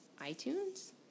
iTunes